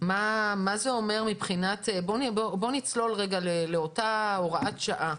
בוא נצלול רגע לאותה הוראת שעה.